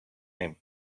him